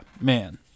man